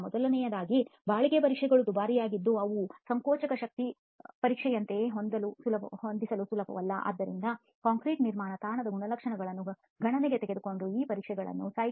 ಮೊದಲನೆಯದಾಗಿ ಬಾಳಿಕೆ ಪರೀಕ್ಷೆಗಳು ದುಬಾರಿಯಾಗಿದ್ದು ಅವು ಸಂಕೋಚಕ ಶಕ್ತಿ ಪರೀಕ್ಷೆಗಳಂತೆ ಹೊಂದಿಸಲು ಸುಲಭವಲ್ಲ ಆದ್ದರಿಂದ ಕಾಂಕ್ರೀಟ್ ನಿರ್ಮಾಣ ತಾಣದ ಗುಣಲಕ್ಷಣಗಳನ್ನು ಗಣನೆಗೆ ತೆಗೆದುಕೊಂಡು ಈ ಪರೀಕ್ಷೆಗಳನ್ನು ಸೈಟ್